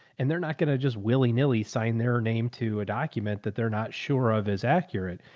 and they're not going to just willy nilly signed their name to a document that they're not sure of is accurate.